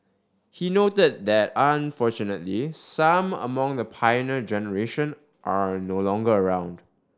he noted that unfortunately some among the Pioneer Generation are no longer around